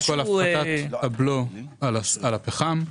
ראשית, הפחתת הבלו על הפחם,